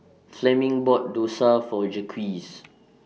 Fleming bought Dosa For Jacques